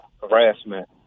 harassment